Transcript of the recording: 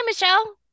Michelle